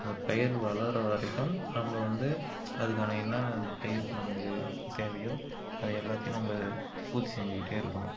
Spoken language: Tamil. அந்த பயிர் வளர்கிற வரைக்கும் நம்ம வந்து அதுக்கான என்னென்ன அந்த பயிருக்கு நமக்கு தேவையோ அதை எல்லாத்தையும் நம்ம பூர்த்தி செஞ்சுக்கிட்டே இருக்கணும்